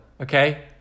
okay